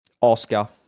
Oscar